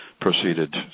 proceeded